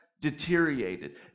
deteriorated